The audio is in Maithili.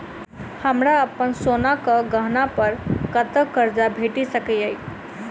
हमरा अप्पन सोनाक गहना पड़ कतऽ करजा भेटि सकैये?